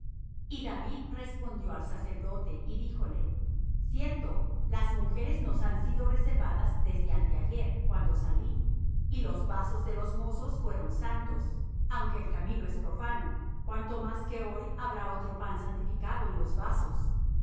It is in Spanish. y david respondió al sacerdote y díjole cierto las mujeres nos han sido reservadas desde anteayer cuando salí y los vasos de los mozos fueron santos aunque el camino es profano cuanto más que hoy habrá otro pan santificado en los vasos